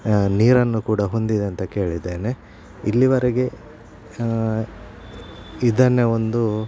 ನೀರನ್ನು ಕೂಡ ಹೊಂದಿದೆ ಅಂತ ಕೇಳಿದ್ದೇನೆ ಇಲ್ಲಿವರೆಗೆ ಇದನ್ನೇ ಒಂದು